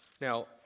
Now